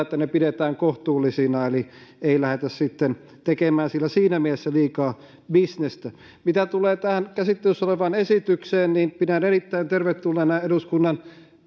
että ne pidetään kohtuullisina eli ei lähdetä sitten tekemään sillä siinä mielessä liikaa bisnestä mitä tulee tähän käsittelyssä olevaan esitykseen niin pidän erittäin tervetulleena eduskunnan